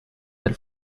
del